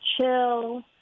chill